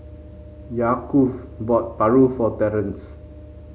Yaakov bought paru for Terance